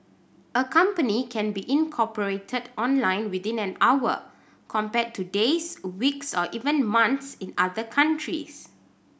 a company can be incorporated online within an hour compared to days weeks or even months in other countries